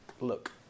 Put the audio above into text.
look